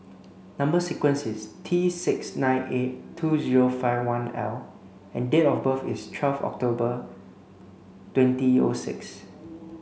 number sequence is T six nine eight two zero five one L and date of birth is twelve October twenty O six